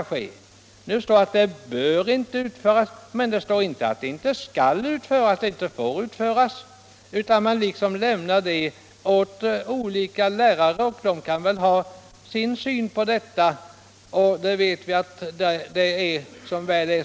Det står alltså att sådana försök inte bör utföras, men man skriver inte att de inte får utföras. Man lämnar det liksom åt lärarna att avgöra, och lärarna kan ju ha olika uppfattningar där. Vi människor är ju mycket olika — som väl är.